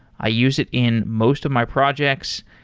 i use it in most of my projects.